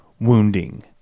wounding